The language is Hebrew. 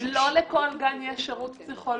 לא לכל גן יש שירות פסיכולוגי.